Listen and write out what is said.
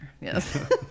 Yes